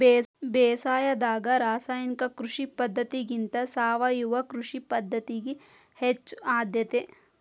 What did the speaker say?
ಬೇಸಾಯದಾಗ ರಾಸಾಯನಿಕ ಕೃಷಿ ಪದ್ಧತಿಗಿಂತ ಸಾವಯವ ಕೃಷಿ ಪದ್ಧತಿಗೆ ಹೆಚ್ಚು ಆದ್ಯತೆ